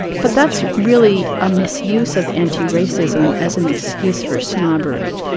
but that's really a misuse of anti-racism as an excuse for snobbery.